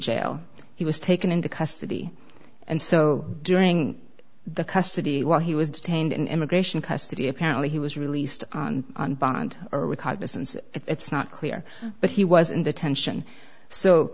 jail he was taken into custody and so during the custody while he was detained in immigration custody apparently he was released on bond or cognizance it's not clear but he was in the tension so